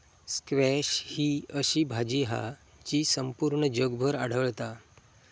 squash ही अशी भाजी हा जी संपूर्ण जगभर आढळता